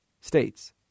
states